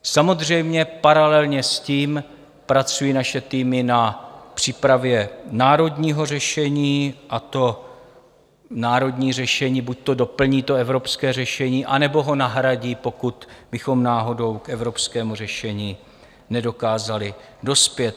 Samozřejmě paralelně s tím pracují naše týmy na přípravě národního řešení a to národní řešení buďto doplní evropské řešení, anebo ho nahradí, pokud bychom náhodou k evropskému řešení nedokázali dospět.